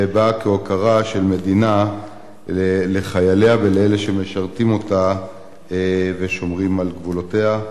ובאה כהוקרה של המדינה לחייליה ולאלה שמשרתים אותה ושומרים על גבולותיה.